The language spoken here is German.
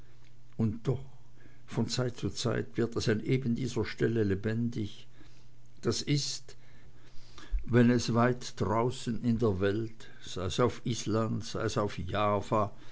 und doch von zeit zu zeit wird es an eben dieser stelle lebendig das ist wenn es weit draußen in der welt sei's auf island sei's auf java